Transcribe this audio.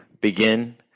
begin